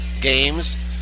games